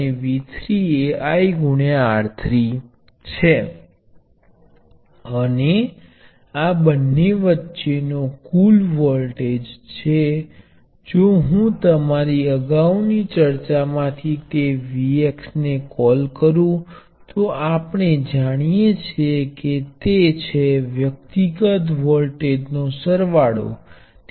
તેથી હવે તમે જોઈ શકો છો કે આ શ્રેણી જોડાણ નો એક ચોક્કસ ભાગ છે અહીં બધા એલિમેન્ટો માં વોલ્ટેજ સમાન છે અને સમાંતર સંયોજનનો પ્ર્વાહ એ વ્યક્તિગત એલિમેન્ટ પ્રવાહો નો સરવાળો છે